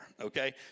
Okay